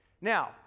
Now